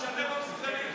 רק שאתם לא מסוגלים.